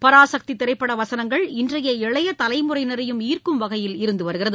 பராசக்தி திரைப்பட வசனங்கள் இன்றைய இளைய தலைமுறையினரையும் ஈர்க்கும் வகையில் இருந்து வருகிறது